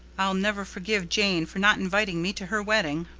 i'll never forgive jane for not inviting me to her wedding.